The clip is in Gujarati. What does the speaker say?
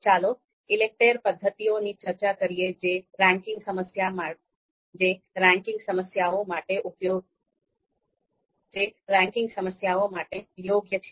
ચાલો ઈલેકટેર પદ્ધતિઓની ચર્ચા કરીએ જે રેન્કિંગ સમસ્યાઓ માટે યોગ્ય છે